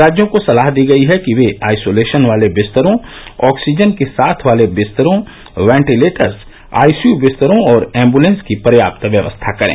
राज्यों को सलाह दी गई है कि वे आइसोलेशन वाले बिस्तरों ऑक्सीजन के साथ वाले बिस्तरों वेंटीलेटर्स आईसीयू बिस्तरों और एम्बुलेंस की पर्याप्त व्यवस्था करें